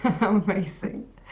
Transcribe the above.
amazing